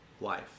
life